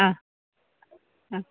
ആ ആ